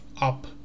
up